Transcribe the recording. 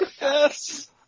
Yes